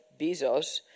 Bezos